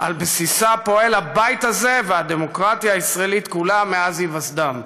בסיסה פועל הבית הזה ופועלת הדמוקרטיה הישראלית כולה מאז היווסדם.